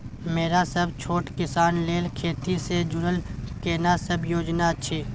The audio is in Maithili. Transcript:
मरा सब छोट किसान लेल खेती से जुरल केना सब योजना अछि?